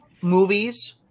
movies